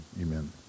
Amen